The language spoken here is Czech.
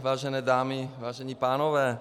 Vážené dámy, vážení pánové.